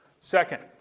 Second